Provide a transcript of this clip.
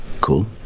cool